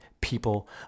people